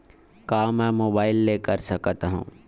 का मै मोबाइल ले कर सकत हव?